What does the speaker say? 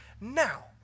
Now